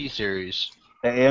series